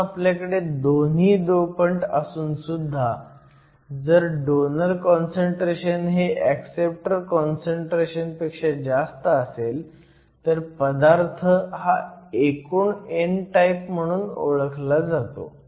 म्हणून आपल्याकडे दोन्ही डोपंट असूनसुद्धा जर डोनर काँसंट्रेशन हे ऍक्सेप्टर काँसंट्रेशन पेक्षा जास्त असेल तर पदार्थ हा एकूण n टाईप म्हणून ओळखला जातो